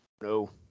No